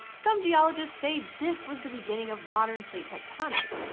some geologists say this was the beginning of modern plate tectonics,